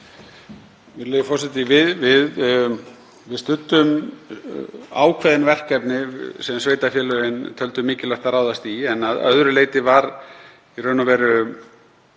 Við studdum ákveðin verkefni sem sveitarfélögin töldu mikilvægt að ráðast í en að öðru leyti var í raun og veru